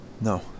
No